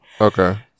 okay